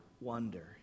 wonder